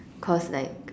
cause like